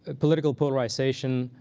ah political polarization,